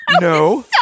No